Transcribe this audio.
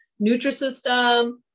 Nutrisystem